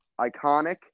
iconic